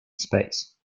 space